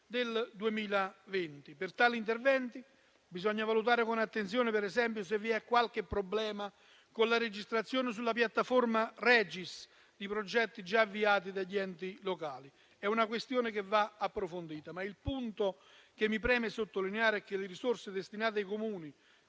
del 2020. Per tali interventi bisogna valutare con attenzione, per esempio, se vi è qualche problema con la registrazione sulla piattaforma ReGiS di progetti già avviati dagli enti locali. È una questione che va approfondita. Ma il punto che mi preme sottolineare è che le risorse destinate ai Comuni,